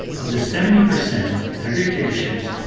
of the seventy percent that are dictatorships,